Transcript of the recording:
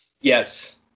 Yes